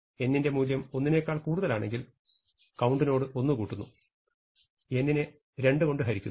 n ന്റെ മൂല്യം 1 നേക്കാൾ കൂടുതലാണെങ്കിൽ കൌണ്ട് നോട് 1 കൂട്ടുന്നു n നെ 2 കൊണ്ട് ഹരിക്കുന്നു